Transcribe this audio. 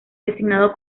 designado